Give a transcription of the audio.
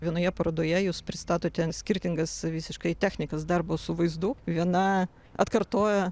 vienoje parodoje jūs pristatote skirtingas visiškai technikas darbo su vaizdu viena atkartoja